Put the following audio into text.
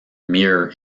mirror